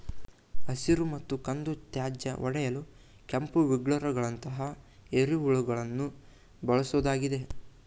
ಹಸಿರು ಮತ್ತು ಕಂದು ತ್ಯಾಜ್ಯ ಒಡೆಯಲು ಕೆಂಪು ವಿಗ್ಲರ್ಗಳಂತಹ ಎರೆಹುಳುಗಳನ್ನು ಬಳ್ಸೋದಾಗಿದೆ